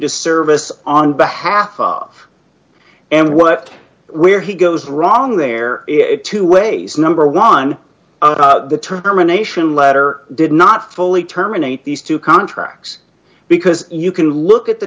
to service on behalf of and what we are he goes wrong there it two ways number one the terminations letter did not fully terminate these two contracts because you can look at the